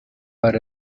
but